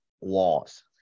walls